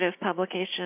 publication